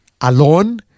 alone